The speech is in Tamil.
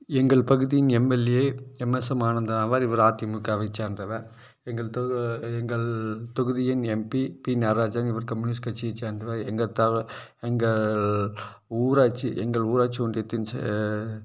எங்கள் பகுதியின் எம்எல்ஏ எம்எஸ்எம் ஆனந்தம் ஆவார் இவர் அதிமுகவை சேர்ந்தவர் எங்கள் தொ எங்கள் தொகுதியின் எம்பி பி நட்ராஜன் இவர் கம்யூனிஸ்ட் கட்சியை சேர்ந்தவர் எங்கள் தா எங்கள் ஊராட்சி எங்கள் ஊராட்சி ஒன்றியத்தின் செ